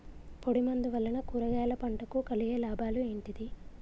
పొడిమందు వలన కూరగాయల పంటకు కలిగే లాభాలు ఏంటిది?